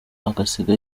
agasiga